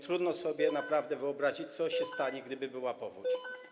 Trudno sobie naprawdę wyobrazić, co by się stało, gdyby była powódź.